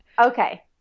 okay